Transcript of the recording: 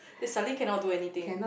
then suddenly cannot do anything